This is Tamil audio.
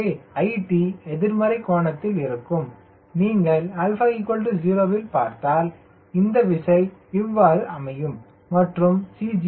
எனவே it எதிர்மறை கோணத்தில் இருக்கும் நீங்கள் 𝛼 0 இல் பார்த்தால் இந்த விசை இவ்வாறு அமையும் மற்றும் C